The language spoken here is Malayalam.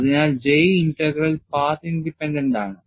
അതിനാൽ J ഇന്റഗ്രൽ പാത്ത് ഇൻഡിപെൻഡന്റ് ആണ്